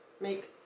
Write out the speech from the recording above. make